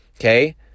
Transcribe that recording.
Okay